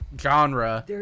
genre